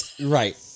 Right